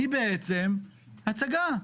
היא בעצם הצגה.